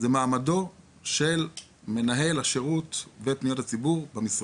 היא מעמדו של מנהל השירות ופניות הציבור במשרד.